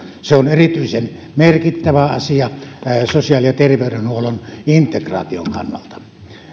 se on erityisen merkittävä asia sosiaali ja terveydenhuollon integraation kannalta